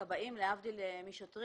הכבאים, להבדיל משוטרים,